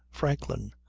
franklin,